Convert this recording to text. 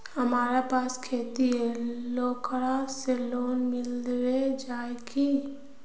हमरा पास खेती है ओकरा से लोन मिलबे जाए की?